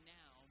now